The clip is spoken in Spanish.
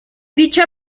dicha